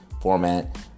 format